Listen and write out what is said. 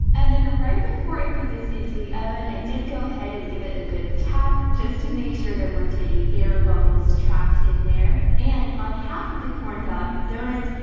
and then right before i put this into the oven, i did go ahead and give it a good tap, just to make sure there weren't any air bubbles trapped in there. and on half of the corn dog donuts,